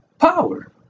power